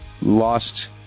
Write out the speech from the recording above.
Lost